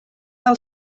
del